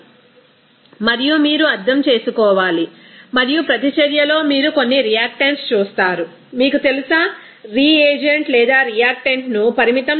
refer slide time 0259 మరియు మీరు అర్థం చేసుకోవాలి మరియు ప్రతిచర్యలో మీరు కొన్ని రియాక్టెంట్స్ చూస్తారు మీకు తెలుసా రిఏజెంట్ లేదా రియాక్టెంట్ను పరిమితం